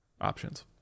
options